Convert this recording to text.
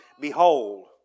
behold